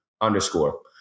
underscore